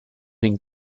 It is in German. den